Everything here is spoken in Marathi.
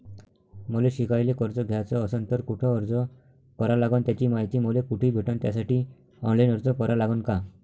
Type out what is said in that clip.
मले शिकायले कर्ज घ्याच असन तर कुठ अर्ज करा लागन त्याची मायती मले कुठी भेटन त्यासाठी ऑनलाईन अर्ज करा लागन का?